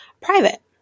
private